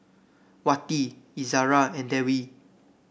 Wati Izara and Dewi